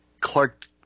Clark